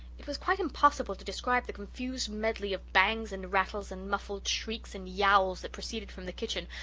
it was quite impossible to describe the confused medley of bangs and rattles and muffled shrieks and yowls that proceeded from the kitchen,